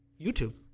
YouTube